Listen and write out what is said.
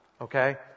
Okay